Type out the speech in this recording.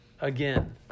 Again